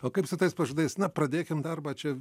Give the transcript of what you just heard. o kaip su tais pažadais na pradėkim darbą čia